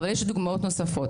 אבל יש דוגמאות נוספות.